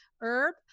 herb